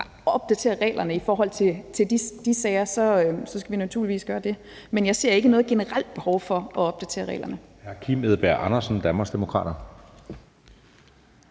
at opdatere reglerne i forhold til de sager, så skal vi naturligvis gøre det. Men jeg ser ikke noget generelt behov for at opdatere reglerne.